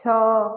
ଛଅ